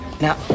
now